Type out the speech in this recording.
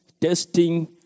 testing